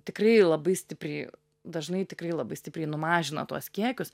tikrai labai stipriai dažnai tikrai labai stipriai numažina tuos kiekius